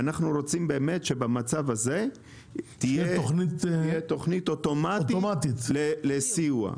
ואנחנו רוצים שבמצב הזה תהיה תוכנית אוטומטית לסיוע.